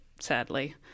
sadly